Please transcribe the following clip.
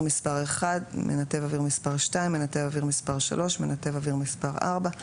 מספר 1 1 מנתב אוויר מספר 2 1 מנתב אוויר מספר 3 1 מנתב אויר מספר 4 1